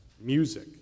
music